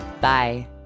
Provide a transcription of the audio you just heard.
Bye